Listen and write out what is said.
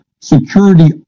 security